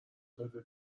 داده